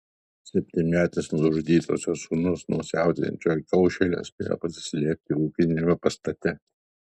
septynmetis nužudytosios sūnus nuo siautėjančio įkaušėlio spėjo pasislėpti ūkiniame pastate